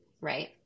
right